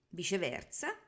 viceversa